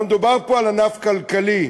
כלומר, מדובר פה על ענף כלכלי,